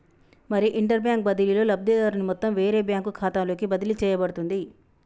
మరి inter bank బదిలీలో లబ్ధిదారుని మొత్తం వేరే బ్యాంకు ఖాతాలోకి బదిలీ చేయబడుతుంది